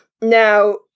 Now